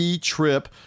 trip